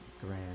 grand